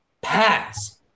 pass